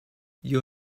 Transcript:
you